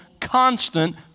constant